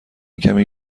کمی